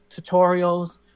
tutorials